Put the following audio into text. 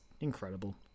incredible